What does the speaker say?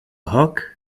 hog